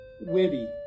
witty